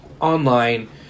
online